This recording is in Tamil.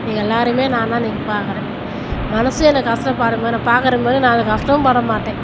எல்லாேரையுமே நான் தான் இன்றைக்கு பார்க்குறேன் மனது எனக்கு கஷ்டப்பட்ற மாதிரி நான் பார்க்குற மாதிரி நான் அதை கஷ்டமும் பட மாட்டேன்